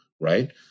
right